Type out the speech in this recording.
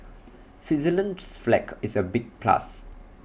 Switzerland's flag is A big plus